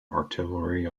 artillery